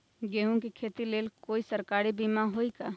गेंहू के खेती के लेल कोइ सरकारी बीमा होईअ का?